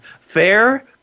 Fair